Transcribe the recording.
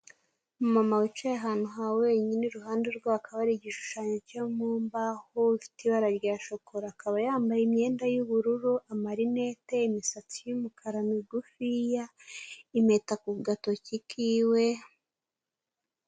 Umama wicaye ahantu hawe wenyine, iruhande rwe hakaba hari igishushanyo cya mu mbahoho, gifite ibara rya shokora, akaba yambaye imyenda y'ubururu, amarinete, imisatsi y'umukara migufiya, impeta ku gatoki k'iwe.